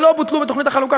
ולא בוטלו בתוכנית החלוקה,